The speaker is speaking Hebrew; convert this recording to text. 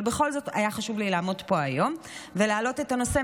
אבל בכל זאת היה חשוב לי לעמוד פה היום ולהעלות את הנושא,